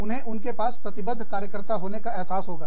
उन्हें उनके पास प्रतिबद्ध कार्यकर्ता होने का एहसास होगा